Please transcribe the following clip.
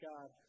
God